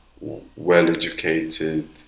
well-educated